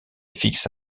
fixe